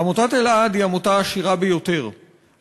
עמותת אלע"ד היא עמותה עשירה ביותר,